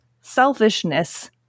selfishness